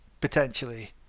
potentially